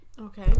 Okay